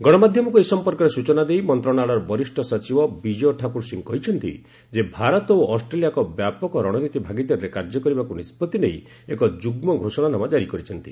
ଗଣମାଧ୍ୟମକୁ ଏ ସଂପର୍କରେ ସୂଚନା ଦେଇ ମନ୍ତ୍ରଣାଳୟର ବରିଷ୍ଠ ସଚିବ ବିଜୟ ଠାକୁର ସିଂ କହିଛନ୍ତି ଯେ ଭାରତ ଓ ଅଷ୍ଟ୍ରେଲିଆ ଏକ ବ୍ୟାପକ ରଣନୀତି ଭାଗିଦାରୀରେ କାର୍ଯ୍ୟ କରିବାକୁ ନିଷ୍କଭି ନେଇ ଏକ ଯୁଗ୍ରୁ ଘୋଷଣାନାମା ଜାରି କରିଛନ୍ତି